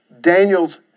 Daniel's